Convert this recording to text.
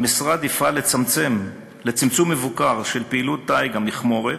המשרד יפעל לצמצום מבוקר של פעילות דיג המכמורת,